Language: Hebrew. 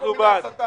אנחנו בעד.